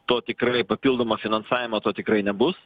to tikrai papildomo finansavimo to tikrai nebus